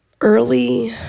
Early